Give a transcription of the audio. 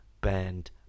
band